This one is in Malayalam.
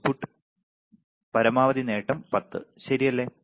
ഇൻപുട്ട് പരമാവധി നേട്ടം 10 ശരിയല്ലേ